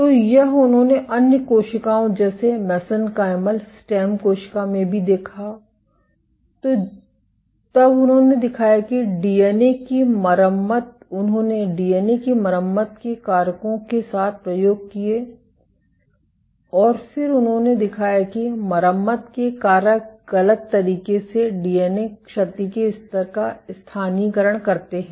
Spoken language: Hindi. तो और यह उन्होंने अन्य कोशिकाओं जैसे मेसेनकाइमल स्टेम कोशिका में भी देखा जो तब उन्होंने दिखाया कि डीएनए की मरम्मत उन्होंने डीएनए की मरम्मत के कारकों के साथ प्रयोग किए और फिर उन्होंने दिखाया कि मरम्मत के कारक गलत तरीके से डीएनए क्षति के स्तर का स्थानीयकरण करते हैं